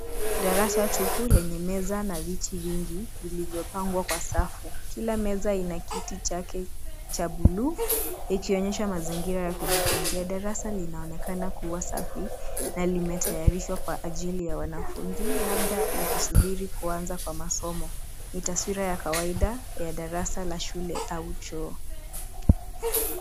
Darasa chafu lenye meza na viti vingi limepangwa kwa utaratibu kwa ajili ya walimu. Kila meza ina kiti chake kilichowekwa. Pengo la kati linaonekana kama eneo la kujipumzisha. Darasa linaonekana kuwa tayari na limeandaliwa kwa ajili ya wanafunzi, labda likiandaa kuanza kwa somo. Ni muonekano wa kawaida wa darasa